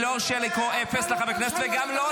אפס, זה מה שאתה.